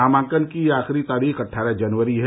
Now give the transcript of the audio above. नामांकन की आखिरी तारीख अट्ठारह जनवरी है